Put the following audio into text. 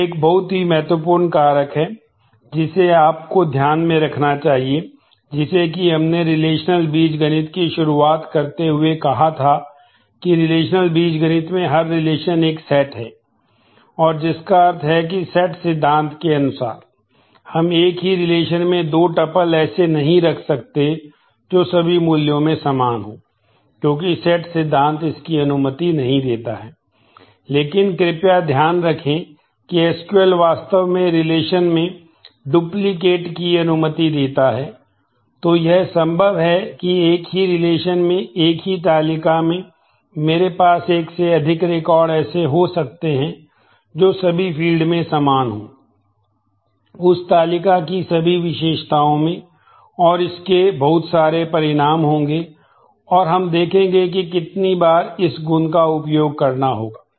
यह एक बहुत ही महत्वपूर्ण कारक है जिसे आपको ध्यान में रखना चाहिए जिसे की हमने रिलेशनल में समान हो उस तालिका की सभी विशेषताओं में और इसके बहुत सारे परिणाम होंगे और हम देखेंगे कि कितनी बार इस गुण का उपयोग करना होगा